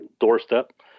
doorstep